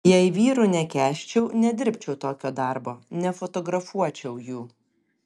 jei vyrų nekęsčiau nedirbčiau tokio darbo nefotografuočiau jų